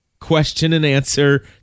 question-and-answer